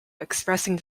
expressing